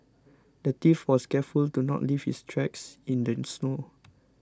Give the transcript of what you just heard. the thief was careful to not leave his tracks in the snow